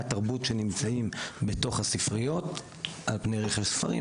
התרבות שנמצאים בתוך הספריות על פני רכש ספרים.